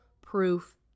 proof